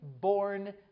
born